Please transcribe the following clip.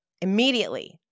immediately